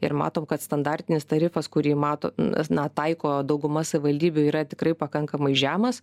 ir matom kad standartinis tarifas kurį mato na taiko dauguma savivaldybių yra tikrai pakankamai žemas